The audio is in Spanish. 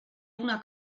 una